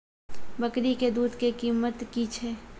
बकरी के दूध के कीमत की छै?